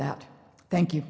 that thank you